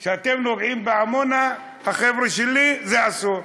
כשאתם נוגעים בעמונה, החבר'ה שלי, זה אסור.